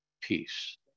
peace